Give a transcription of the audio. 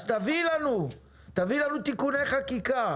אז תביאי לנו תיקוני חקיקה,